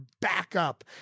backup